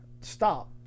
stop